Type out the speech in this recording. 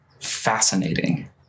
fascinating